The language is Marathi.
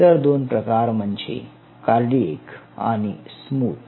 इतर दोन प्रकार म्हणजे कार्डिऍक आणि स्मूथ